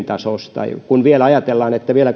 tasosta kun ajatellaan sitä että vielä